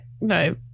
no